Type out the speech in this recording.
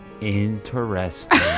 Interesting